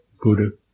Buddha